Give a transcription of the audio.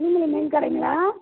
கனிமொழி மீன் கடைங்களா